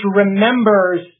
remembers